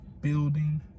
building